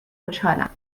خوشحالم